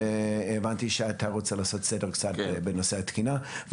הבנתי שאתה רוצה לעשות סדר בנושא התקינה.